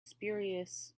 spurious